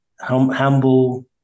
humble